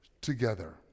together